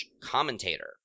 commentator